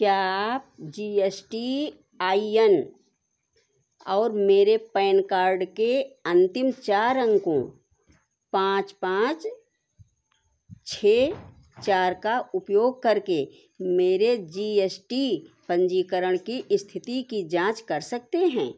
क्या आप G S T I N और मेरे पैन कार्ड के अंतिम चार अंकों पाँच पाँच छः चार का उपयोग करके मेरे जी एस टी पंजीकरण की स्थिति की जाँच कर सकते हैं